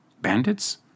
Bandits